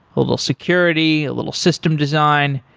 a little security, a little system design.